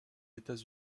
états